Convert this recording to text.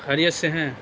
خیریت سے ہیں